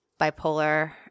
bipolar